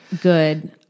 good